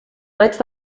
maig